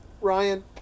Ryan